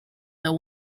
that